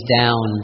down